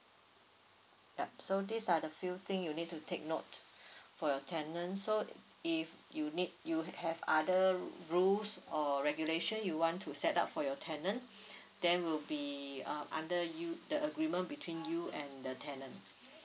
yup so these are the few things you need to take note for your tenant so err if you need you have other rules or regulations you want to set up for your tenant that will be uh under you the agreement between you and the tenant